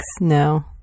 No